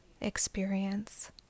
experience